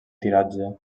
tiratge